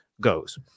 goes